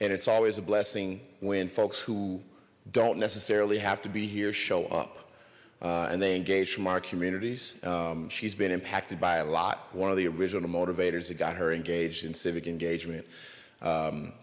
and it's always a blessing when folks who don't necessarily have to be here show up and they engage from our communities she's been impacted by a lot one of the original motivators that got her engaged in civic engagement